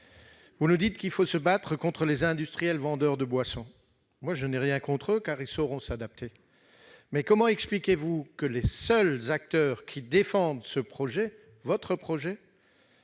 vous nous dites qu'il faut se battre contre les industriels vendeurs de boissons. À titre personnel, je n'ai rien contre eux : je pense qu'ils sauront s'adapter. Mais comment expliquez-vous que les seuls acteurs qui défendent ouvertement votre projet,